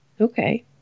Okay